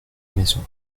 maison